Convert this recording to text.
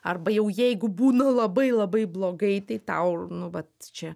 arba jau jeigu būna labai labai blogai tai tau nu vat čia